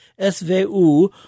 SVU